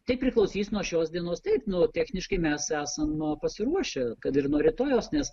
tai priklausys nuo šios dienos taip nu techniškai mes esam na pasiruošę kad ir nuo rytojaus nes